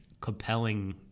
compelling